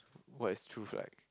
what is truth like